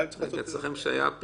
יש מערכת